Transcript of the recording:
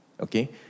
okay